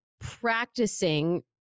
practicing